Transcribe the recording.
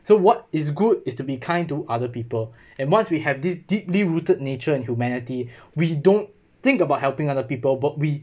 so what is good is to be kind to other people and once we have this deeply rooted nature and humanity we don't think about helping other people but we